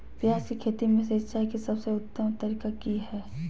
प्याज के खेती में सिंचाई के सबसे उत्तम तरीका की है?